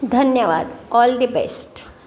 धन्यवाद all the best